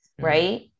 right